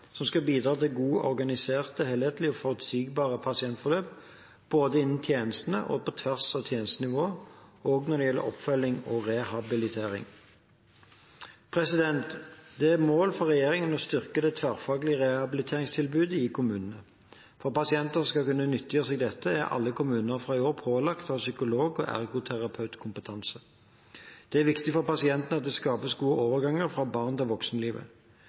som skal bidra til godt organiserte, helhetlige og forutsigbare pasientforløp både innen tjenestene og på tvers av tjenestenivåene, også når det gjelder oppfølging og rehabilitering. Det er et mål for regjeringen å styrke det tverrfaglige rehabiliteringstilbudet i kommunene. For at pasientene skal kunne nyttiggjøre seg dette, er alle kommuner fra i år pålagt å ha psykolog og ergoterapeutkompetanse. Det er viktig for pasienten at det skapes gode overganger fra barn til voksenlivet.